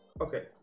Okay